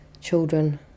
children